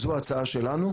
זו ההצעה שלנו.